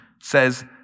says